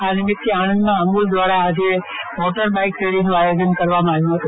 આ નિમિત્તે આણંદમાં અમૂલ દ્વારા આજે મોટર બાઇક રેલીનું આયોજન કરમાવામાં આવ્યું છે